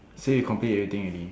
say you complete everything already